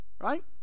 right